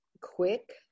quick